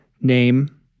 name